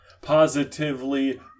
positively